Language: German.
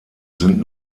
sind